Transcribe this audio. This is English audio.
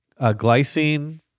glycine